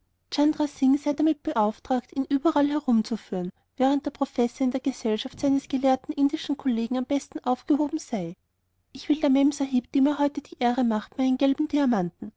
damit beauftragt ihn überall herumzuführen während der professor in der gesellschaft seines gelehrten indischen kollegen am besten aufgehoben sei ich selber will der memsahib die mir heute die ehre macht meinen gelben diamanten